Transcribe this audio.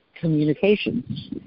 communications